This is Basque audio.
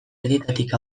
erdietatik